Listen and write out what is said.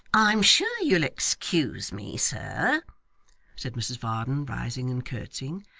i'm sure you'll excuse me, sir said mrs varden, rising and curtseying.